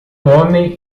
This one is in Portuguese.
homem